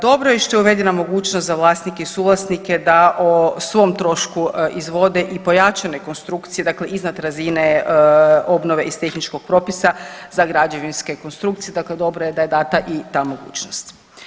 Dobro je i što je uvedena mogućnost za vlasnike i suvlasnike da o svom trošku izvode i pojačane konstrukcije, dakle iznad razine obnove iz tehničkog propisa za građevinske konstrukcije, dakle dobro je data i ta mogućnost.